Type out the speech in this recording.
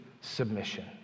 submission